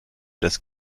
des